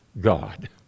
God